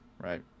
right